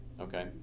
okay